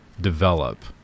develop